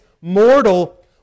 mortal